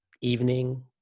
evening